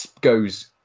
goes